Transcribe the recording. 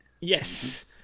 Yes